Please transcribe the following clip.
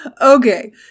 okay